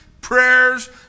prayers